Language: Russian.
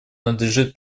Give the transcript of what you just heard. надлежит